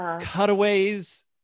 cutaways